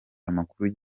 amakuru